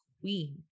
queen